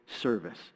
service